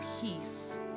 peace